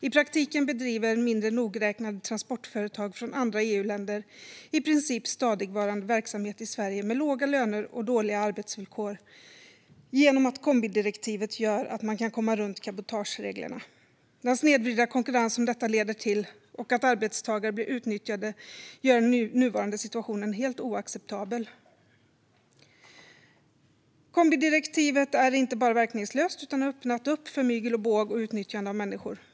I praktiken bedriver mindre nogräknade transportföretag från andra EU-länder stadigvarande verksamhet i Sverige med låga löner och dåliga arbetsvillkor, då kombidirektivet gör att de kan komma runt cabotagereglerna. Den snedvridna konkurrens som detta leder till och att arbetstagare blir utnyttjade gör den nuvarande situationen helt oacceptabel. Kombidirektivet är inte bara verkningslöst utan har öppnat för mygel och båg och utnyttjande av människor.